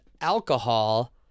alcohol